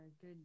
good